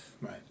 Right